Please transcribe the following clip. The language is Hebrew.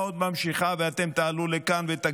אנחנו לא נוכל לדבר על זה.